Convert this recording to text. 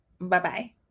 Bye-bye